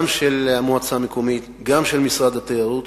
גם של המועצה המקומית וגם של משרד התיירות.